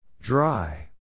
Dry